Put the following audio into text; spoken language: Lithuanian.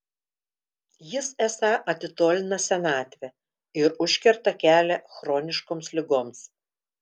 jis esą atitolina senatvę ir užkerta kelią chroniškoms ligoms